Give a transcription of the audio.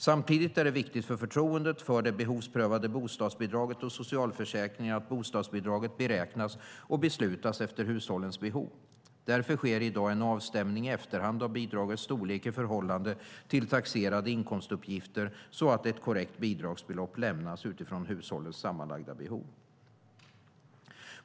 Samtidigt är det viktigt för förtroendet för det behovsprövade bostadsbidraget och socialförsäkringarna att bostadsbidraget beräknas och beslutas efter hushållets behov. Därför sker i dag en avstämning i efterhand av bidragets storlek i förhållande till taxerade inkomstuppgifter så att ett korrekt bidragsbelopp lämnas utifrån hushållets sammanlagda behov.